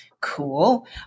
cool